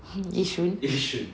hmm yishun